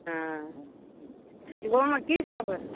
हँ गाँवमे की सब